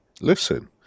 Listen